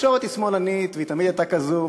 התקשורת היא שמאלנית והיא תמיד הייתה כזו,